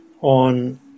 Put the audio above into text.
on